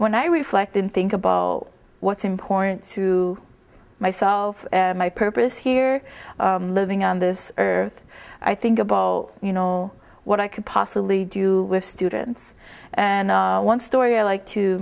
when i reflect and think about what's important to myself my purpose here living on this earth i think about you know what i could possibly do with students and one story i like to